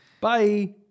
Bye